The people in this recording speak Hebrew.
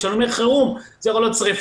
כשאני אומר חירום זה יכול להיות שרפות,